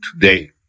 today